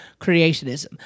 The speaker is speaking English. creationism